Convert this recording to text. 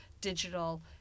digital